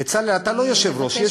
בצלאל, אתה לא יושב-ראש.